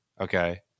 Okay